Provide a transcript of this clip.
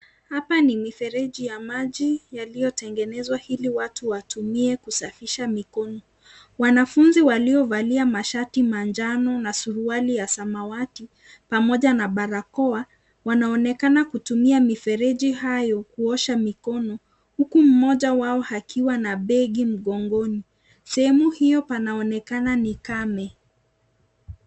Hapa ni mifereji ya maji yaliyotengenezwa ili watu watumie kusafisha mikono, wanafunzi waliovalia masharti manjano na suruali ua samawati pamoja na barakwa wanaonekana kutumia mifereji hayo kuosha mikono huku mmoja wao akiwa na begi mgongoni, sehemu hio pana panaonekana ni kame.